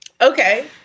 Okay